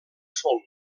fong